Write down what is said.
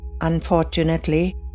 Unfortunately